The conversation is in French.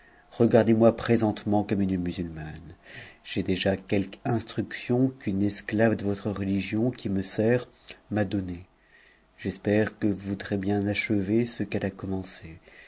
regardez-moi présentement comme une musulmane j'ai déjà quelque instruction qu'une esclave de votre religion qui sert m'a donnée j'espère que vous voudrez bien achever ce qu'e c a commencé